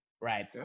right